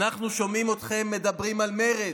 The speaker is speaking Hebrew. אנחנו שומעים אתכם מדברים על מרד,